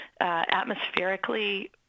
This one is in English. atmospherically